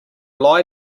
lie